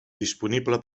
disponible